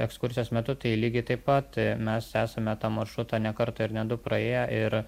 ekskursijos metu tai lygiai taip pat mes esame tą maršrutą ne kartą ir ne du praėję ir